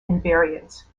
invariants